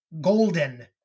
Golden